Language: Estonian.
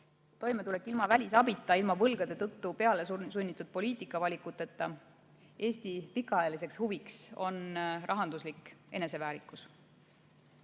toimetulek ilma välisabita, ilma võlgade tõttu peale sunnitud poliitika valikuteta. Eesti pikaajaline huvi on rahanduslik eneseväärikus.